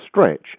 Stretch